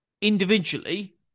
individually